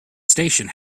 station